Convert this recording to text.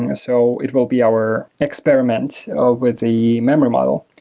yeah so it will be our experiment ah with the memory model.